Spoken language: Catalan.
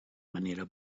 manera